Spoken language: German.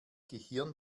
gehirn